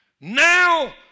now